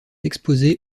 exposé